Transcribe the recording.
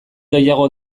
gehiago